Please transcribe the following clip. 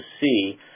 see